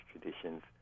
traditions